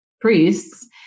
priests